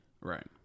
Right